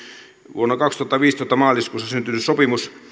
vuonna kaksituhattaviisitoista maaliskuussa syntynyt sopimus